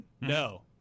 No